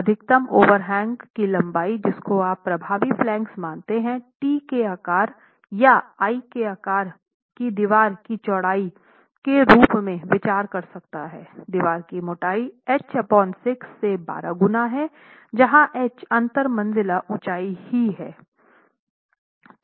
अधिकतम ओवरहांग की लंबाई जिसको आप प्रभावी फ्लांगेस मानते हैं T के आकार या I के आकार की दीवार की चौड़ाई के रूप में विचार कर सकते हैं दीवार की मोटाई या H 6 से 12 गुना है जहाँ H अंतर मंजिला ऊंचाई ही है